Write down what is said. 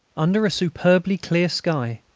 under a superbly clear sky,